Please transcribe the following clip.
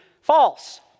False